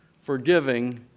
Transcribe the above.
forgiving